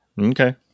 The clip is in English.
Okay